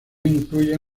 incluyen